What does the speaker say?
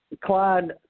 Clyde